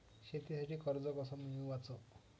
शेतीसाठी कर्ज कस मिळवाच?